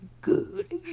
good